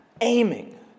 Aiming